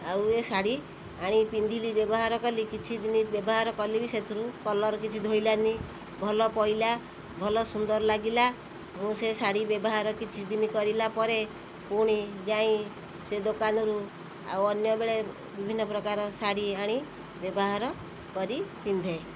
ଆଉ ଏ ଶାଢ଼ୀ ଆଣି ପିନ୍ଧିଲି ବ୍ୟବହାର କଲି କିଛିଦିନ ବ୍ୟବହାର କଲି ବି ସେଥିରୁ କଲର୍ କିଛି ଧୋଇଲାନି ଭଲ ପଇଲା ଭଲ ସୁନ୍ଦର ଲାଗିଲା ମୁଁ ସେ ଶାଢ଼ୀ ବ୍ୟବହାର କିଛିଦିନ କରିଲା ପରେ ପୁଣି ଯାଇଁ ସେ ଦୋକାନରୁ ଆଉ ଅନ୍ୟବେଳେ ବିଭିନ୍ନ ପ୍ରକାର ଶାଢ଼ୀ ଆଣି ବ୍ୟବହାର କରି ପିନ୍ଧେ